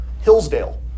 Hillsdale